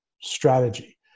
strategy